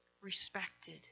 respected